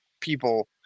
people